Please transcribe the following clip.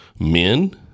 men